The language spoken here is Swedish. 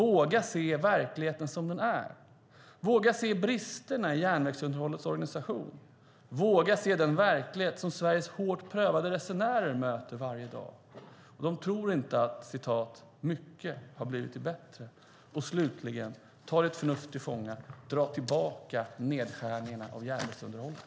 Våga se verkligheten som den är. Våga se bristerna i järnvägsunderhållets organisation. Våga se den verklighet som Sveriges hårt prövade resenärer möter varje dag. De tror inte att "mycket har blivit bättre". Slutligen: Ta ditt förnuft till fånga och dra tillbaka nedskärningarna av järnvägsunderhållet!